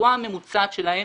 התשואה הממוצעת שלהן